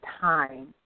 time